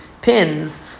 pins